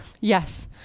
Yes